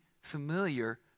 familiar